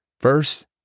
First